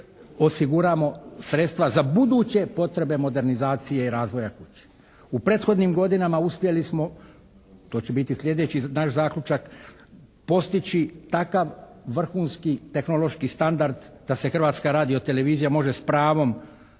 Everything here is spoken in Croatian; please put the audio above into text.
osiguramo sredstva za buduće potrebe modernizacije i razvoja kuće. U prethodnim godinama uspjeli smo, to će biti slijedeći naš zaključak, postići takav vrhunski tehnološki standard da se Hrvatska radio-televizija može s pravom